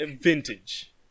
vintage